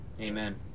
Amen